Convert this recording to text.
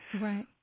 Right